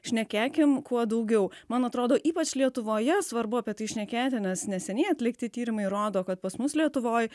šnekėkim kuo daugiau man atrodo ypač lietuvoje svarbu apie tai šnekėti nes neseniai atlikti tyrimai rodo kad pas mus lietuvoj